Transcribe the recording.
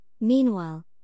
meanwhile